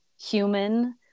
human